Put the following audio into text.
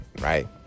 right